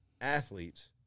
athletes